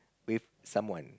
with someone